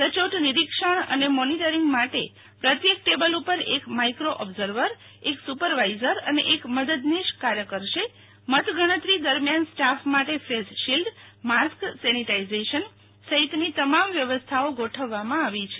સચોટ નિરિક્ષણ અને મોનિટરિંગ માટે પ્રત્યેક ટેબલ ઉપર એક માઇક્રી ઓબ્ઝર્વર એક સુ પરવાઇઝર અને એક મદદનીશ કાર્ય કરશે મતગણતરી દરમિયાન સ્ટાફ માટે ફેસ શિલ્ડમાસ્ક સેનિટાઇઝેશન સહિતની તમામ વ્યવસ્થાઓ ગોઠવવામાં આવી છે